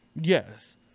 Yes